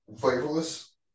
Flavorless